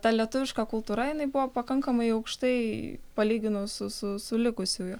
ta lietuviška kultūra jinai buvo pakankamai aukštai palyginus su su su likusiųjų